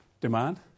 demand